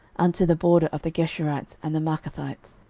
unto the border of the geshurites and the maachathites,